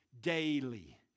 daily